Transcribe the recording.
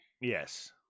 yes